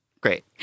Great